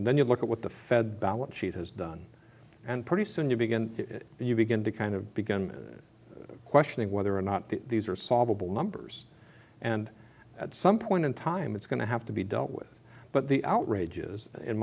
and then you look at what the fed balance sheet has done and pretty soon you begin you begin to kind of begin questioning whether or not these are solvable numbers and at some point in time it's going to have to be dealt with but the outrage is in